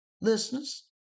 listeners